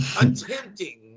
attempting